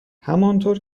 همانطور